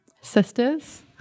sisters